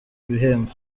ibihembo